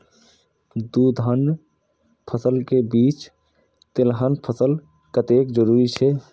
दू धान्य फसल के बीच तेलहन फसल कतेक जरूरी छे?